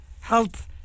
health